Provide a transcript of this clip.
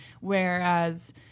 Whereas